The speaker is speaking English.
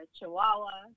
Chihuahua